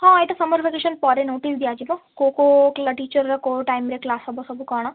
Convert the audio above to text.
ହଁ ଏଇଟା summer vacation ପରେ ନୋଟିସ୍ ଦିଆଯିବ କେଉଁ କେଉଁ ଟିଚର୍ର କେଉଁ ଟାଇମ୍ରେ କ୍ଲାସ୍ ହବ ସବୁ କ'ଣ